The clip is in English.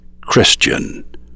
Christian